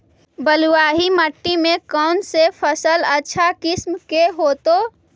बलुआही मिट्टी में कौन से फसल अच्छा किस्म के होतै?